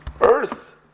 earth